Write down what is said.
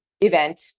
event